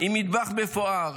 עם מטבח מפואר,